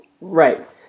Right